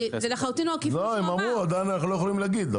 הוא אמר: אנחנו לא יכולים לומר.